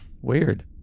Weird